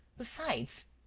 besides,